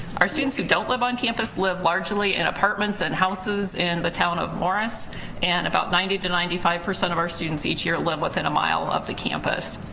our students who don't live on campus live largely in apartments and houses in the town of morris and about ninety to ninety five percent of our students each year live within a mile of the campus.